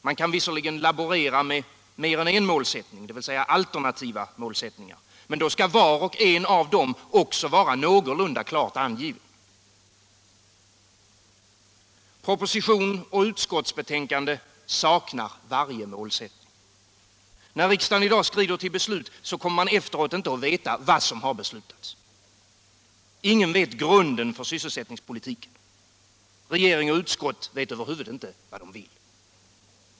Man kan visserligen laborera med mer än en målsättning — dvs. alternativ — men då skall var och en av dem också vara någorlunda klart angiven. Proposition och utskottsbetänkande saknar varje målsättning. När riksdagen i dag skrider till beslut, vet man efteråt inte vad som beslutats. Ingen vet grunden för sysselsättningspolitiken. Regering och utskott vet över huvud taget inte vad de vill.